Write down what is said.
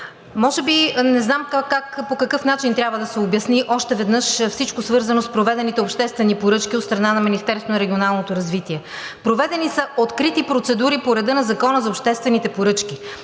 може би не знам по какъв начин трябва да се обясни още веднъж всичко свързано с проведените обществени поръчки от страна на Министерството на регионалното развитие. Проведени са открити процедури по реда на Закона за обществените поръчки